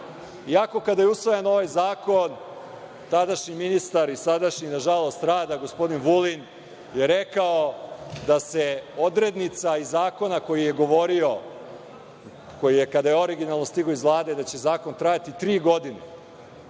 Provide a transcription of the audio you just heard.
trajno. Kada je usvajan ovaj zakon, tadašnji ministar rada, i sadašnji, nažalost, gospodin Vulin, rekao je da se odrednica iz zakona o kojem je govorio briše, kada je originalno stigao iz Vlade, da će zakon trajati tri godine,